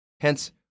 Hence